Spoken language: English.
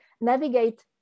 navigate